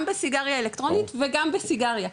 גם בסיגריה אלקטרונית וגם בסיגריה,